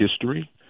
history